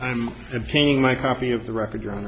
i'm painting my copy of the record aroun